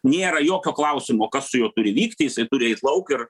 nėra jokio klausimo kas su juo turi vykti jisai turi eit lauk ir